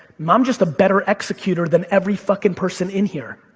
um i'm just a better executor than every fucking person in here.